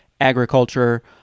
agriculture